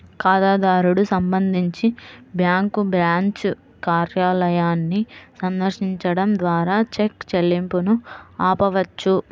ఖాతాదారుడు సంబంధించి bank branch కార్యాలయాన్ని సందర్శించడం ద్వారా చెక్ చెల్లింపును ఆపవచ్చు